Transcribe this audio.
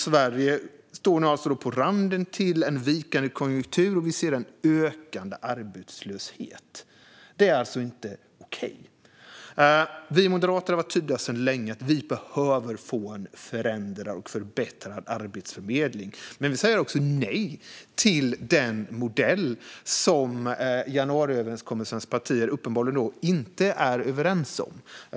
Sverige står nu på randen till en vikande konjunktur, och vi ser en ökande arbetslöshet. Det är inte okej. Moderaterna har länge varit tydliga med att vi behöver få en förändrad och förbättrad arbetsförmedling. Men vi säger nej till den modell som januariöverenskommelsens partier uppenbarligen inte är överens om.